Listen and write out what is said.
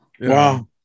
Wow